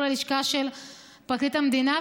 לא לשכה של פרקליט המדינה,